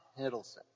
Hiddleston